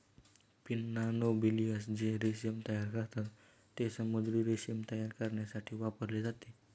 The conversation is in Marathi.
पिन्ना नोबिलिस जे रेशीम तयार करतात, ते समुद्री रेशीम तयार करण्यासाठी वापरले जाते